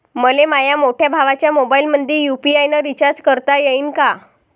मले माह्या मोठ्या भावाच्या मोबाईलमंदी यू.पी.आय न रिचार्ज करता येईन का?